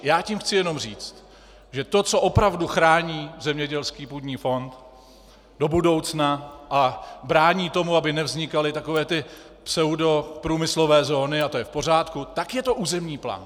Já tím chci jenom říct, že to, co opravdu chrání zemědělský půdní fond do budoucna a brání tomu, aby nevznikaly takové ty pseudoprůmyslové zóny, a to je v pořádku, tak je to územní plán.